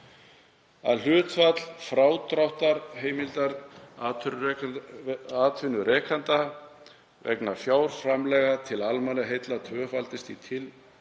að hlutfall frádráttarheimildar atvinnurekenda vegna fjárframlaga til almannaheilla tvöfaldist í